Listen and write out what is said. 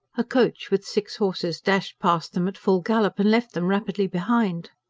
a coach with six horses dashed past them at full gallop, and left them rapidly behind.